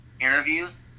interviews